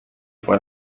fue